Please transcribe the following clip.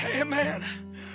Amen